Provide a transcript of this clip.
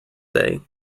day